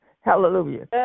Hallelujah